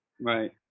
Right